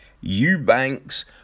Eubanks